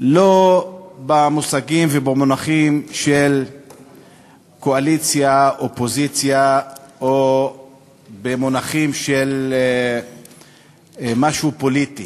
לא במושגים ובמונחים של קואליציה אופוזיציה או במונחים של משהו פוליטי